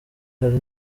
hari